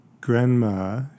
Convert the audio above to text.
grandma